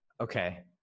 okay